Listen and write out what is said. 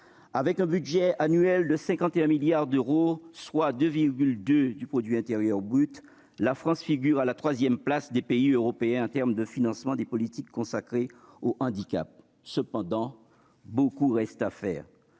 Avec un budget annuel de 51 milliards d'euros, soit 2,2 % du PIB, la France figure à la troisième place des pays européens en termes de financement des politiques consacrées au handicap. Cependant, beaucoup reste à faire.